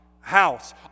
house